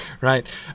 right